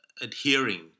adhering